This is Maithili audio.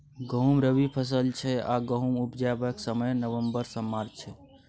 गहुँम रबी फसल छै आ गहुम उपजेबाक समय नबंबर सँ मार्च छै